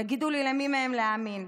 תגידו לי למי מהם להאמין.